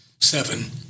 seven